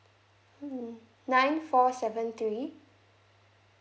hmm nine four seven three